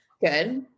Good